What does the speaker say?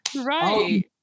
right